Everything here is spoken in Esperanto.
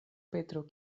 petro